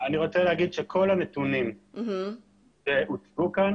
אני רוצה להגיד שכל הנתונים שהוצגו כאן